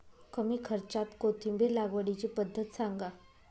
कमी खर्च्यात कोथिंबिर लागवडीची पद्धत सांगा